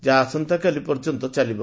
ଯାହା ଆସନ୍ତାକାଲି ପର୍ଯ୍ୟନ୍ତ ଚାଲିବ